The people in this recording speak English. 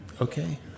okay